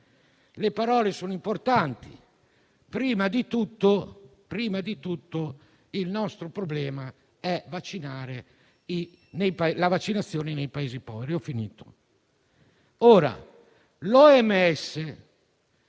le parole sono importanti, prima di tutto il nostro problema è la vaccinazione nei Paesi poveri.